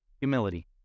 humility